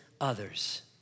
others